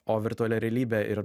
o virtuali realybė ir